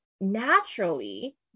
naturally